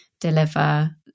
deliver